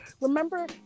remember